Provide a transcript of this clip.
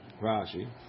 Rashi